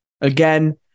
Again